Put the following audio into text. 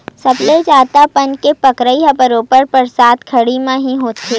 सबले जादा बन के बगरई ह बरोबर बरसात घरी म ही होथे